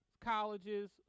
colleges